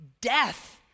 death